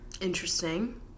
interesting